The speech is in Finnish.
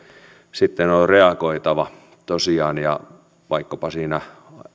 sitten on reagoitava tosiaan ja vaikkapa siinä